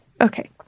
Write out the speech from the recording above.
okay